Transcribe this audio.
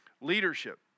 leadership